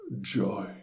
joy